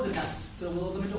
that's the will